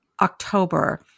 october